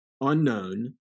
unknown